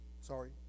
sorry